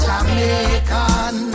Jamaican